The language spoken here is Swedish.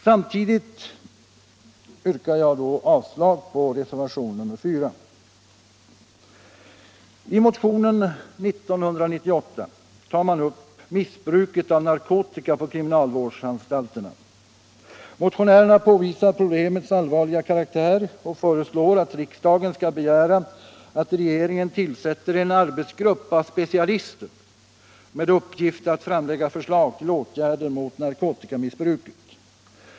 Samtidigt yrkar jag avslag på reservationen 4. I motionen 1998 tar man upp missbruket av narkotika på kriminalvårdsanstalterna. Motionärerna påvisar problemets allvarliga karaktär och föreslår att riksdagen skall begära att regeringen tillsätter en arbetsgrupp av specialister med uppgift att framlägga förslag till åtgärder mot narkotikamissbruket.